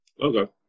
okay